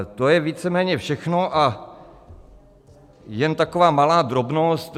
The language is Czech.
To je víceméně všechno a jen taková malá drobnost.